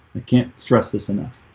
i can't stress this enough